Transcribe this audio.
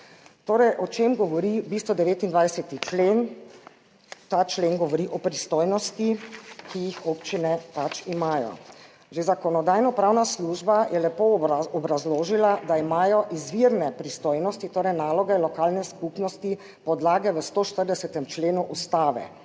Torej o čem govori v bistvu 29. člen? Ta člen govori o pristojnosti, ki jih občine pač imajo. Že Zakonodajno-pravna služba je lepo obrazložila, da imajo izvirne pristojnosti, torej naloge lokalne skupnosti, podlage v 140. členu Ustave